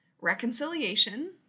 reconciliation